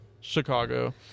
Chicago